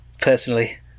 personally